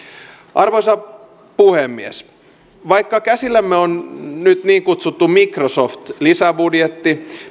arvoisa puhemies vaikka käsillämme on nyt niin kutsuttu microsoft lisäbudjetti